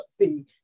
healthy